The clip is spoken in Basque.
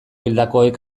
hildakoek